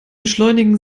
beschleunigen